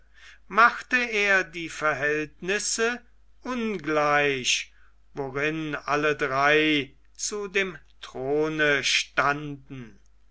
machte er die verhältnisse ungleich worin alle drei zu dem throne standen